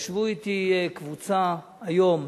ישבו אתי קבוצה היום